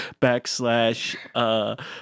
Backslash